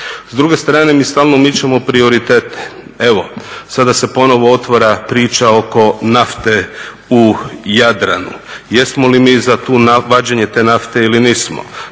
S druge strane mi stalno mičemo prioritete, evo sada se ponovno otvara priča oko nafte u Jadranu. Jesmo li mi za vađenje te nafte ili nismo,